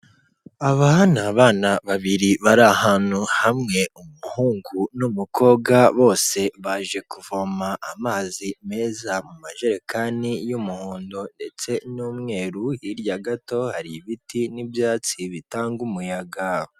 Aba ni abana babiri bari ahantu hamwe, umuhungu n'umukobwa bose baje kuvoma amazi meza mu majerekani y'umuhondo ndetse n'umweru, hirya gato hari ibiti n'ibyatsi bitanga umuyaga.